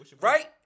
Right